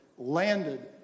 landed